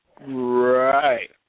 Right